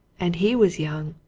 and he was young.